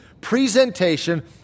presentation